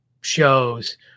shows